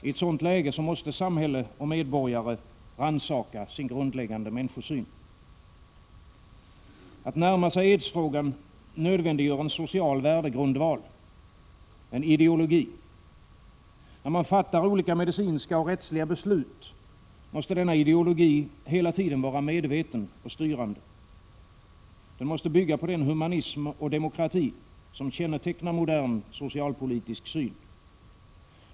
I ett sådant läge måste samhälle och medborgare rannsaka sin grundläggande människosyn. Att närma sig aidsfrågan nödvändiggör en social värdegrundval, en ideologi. När man fattar olika medicinska och rättsliga beslut måste denna ideologi hela tiden vara medveten och styrande. Den måste bygga på den humanism och demokrati som kännetecknar modern socialpolitisk syn.